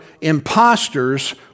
imposters